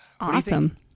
Awesome